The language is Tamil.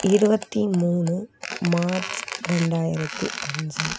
இருபத்தி மூணு மார்ச் ரெண்டாயிரத்தி அஞ்சு